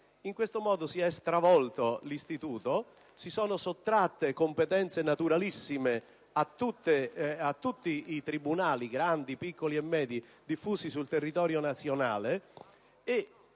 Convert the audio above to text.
In questo modo, si è stravolto l'istituto, si sono sottratte competenze naturalissime a tutti i tribunali, grandi, piccoli e medi, diffusi sul territorio nazionale